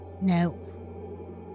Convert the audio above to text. No